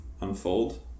unfold